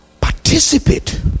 participate